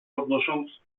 podnosząc